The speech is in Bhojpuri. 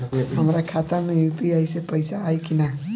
हमारा खाता मे यू.पी.आई से पईसा आई कि ना?